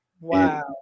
Wow